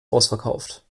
ausverkauft